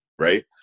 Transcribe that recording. right